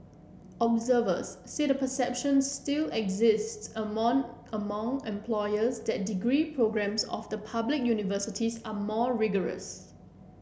observers said a perception still exists among among employers that degree programmes of the public universities are more rigorous